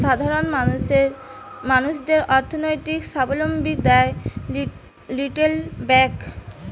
সাধারণ মানুষদের অর্থনৈতিক সাবলম্বী দ্যায় রিটেল ব্যাংক